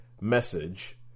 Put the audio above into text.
message